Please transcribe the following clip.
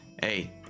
Hey